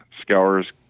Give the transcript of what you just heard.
scours